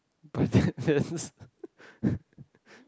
but that that's